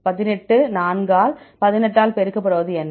18 4 ஆல் 18 ஆல் பெருக்கப்படுவது என்ன